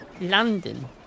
London